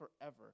forever